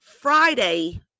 Friday